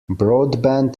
broadband